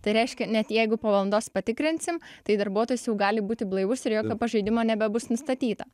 tai reiškia net jeigu po valandos patikrinsim tai darbuotojas jau gali būti blaivus ir jokio pažeidimo nebebus nustatyta